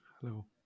Hello